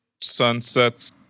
sunsets